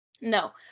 No